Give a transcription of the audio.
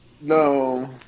no